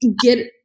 get